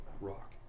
rock